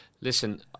listen